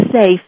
safe